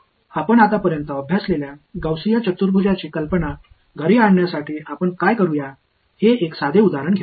आपण आतापर्यंत अभ्यासलेल्या गौसीय चतुर्भुजाची कल्पना घरी आणण्यासाठी आपण काय करूया हे एक साधे उदाहरण घेऊ